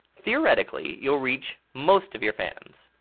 theoretically you'll reach most of your fans.